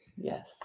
Yes